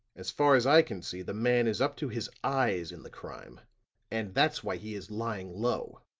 as far as i can see, the man is up to his eyes in the crime and that's why he is lying low.